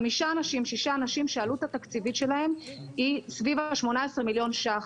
חמישה-שישה אנשים שהעלות התקציבית שלהם היא סביב ה-18 מיליון שקלים.